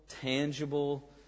tangible